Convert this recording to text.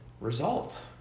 result